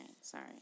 Sorry